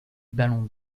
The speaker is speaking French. ballon